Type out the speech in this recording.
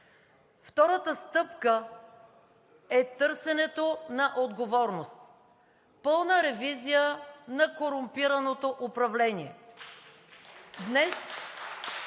Втората стъпка е търсенето на отговорност – пълна ревизия на корумпираното управление.